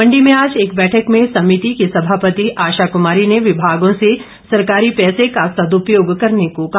मंडी में आज एक बैठक में समिति की सभापति आशा कुमारी ने विमागों से सरकारी पैसे का सद्पयोग करने को कहा